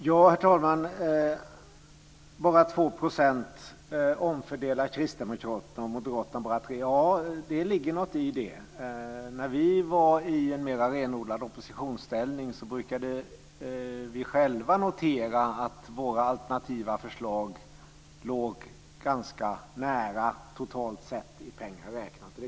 Herr talman! Kristdemokraterna omfördelar bara 2 % och Moderaterna bara 3 %, säger Mats Odell. Ja, det ligger något i det. När vi var i en mer renodlad oppositionsställning brukade vi själva notera att våra alternativa förslag totalt sett låg ganska nära i pengar räknat.